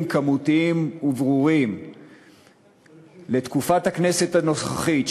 כמותיים וברורים לתקופת הכנסת הנוכחית,